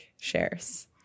shares